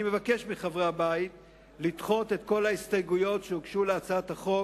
אני מבקש מחברי הבית לדחות את כל ההסתייגויות שהוגשו להצעת החוק